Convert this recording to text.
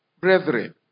brethren